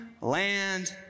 land